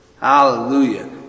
hallelujah